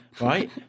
right